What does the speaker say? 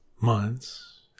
months